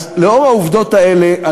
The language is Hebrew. אז לאור העובדות האלה,